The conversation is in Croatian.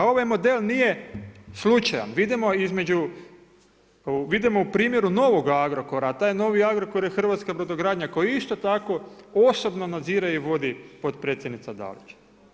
Da ovaj model nije slučajan vidimo između, vidimo u primjeru novoga Agrokora a taj novi Agrokor je hrvatska brodogradnja koju isto tako osobno nadzire i vodi potpredsjednica Dalić.